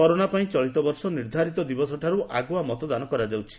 corona ପାଇଁ ଚଳିତ ବର୍ଷ ନିର୍ଦ୍ଧାରିତ ଦିବସଠାରୁ ଆଗୁଆ ମତଦାନ କରାଯାଉଛି